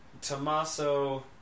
Tommaso